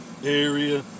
Area